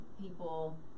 people